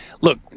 look